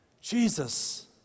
Jesus